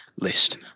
list